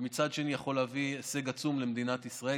ומצד שני הוא יכול להביא הישג עצום למדינת ישראל,